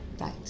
Right